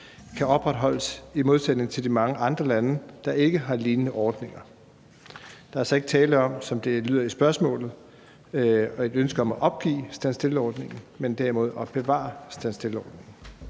kan opretholdes – i modsætning til de mange andre lande, der ikke har lignende ordninger. Der er altså ikke tale om, som det lyder i spørgsmålet, et ønske om at opgive stand still-ordningen, men derimod at bevare stand still-ordningen.